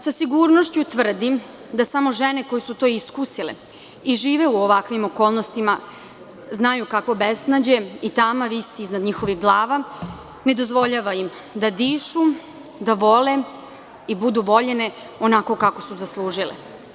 Sa sigurnošću tvrdim da samo žene koje su to iskusile i žive u ovakvim okolnostima znaju kakvo beznađe i tama visi iznad njihovih glava, ne dozvoljava im da dišu, da vole i budu voljene onako kako su zaslužile.